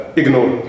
ignore